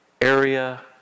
area